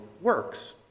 works